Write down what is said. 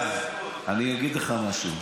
אתה יודע, אני אגיד לך משהו: